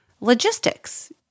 logistics